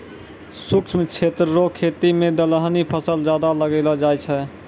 शुष्क क्षेत्र रो खेती मे दलहनी फसल ज्यादा लगैलो जाय छै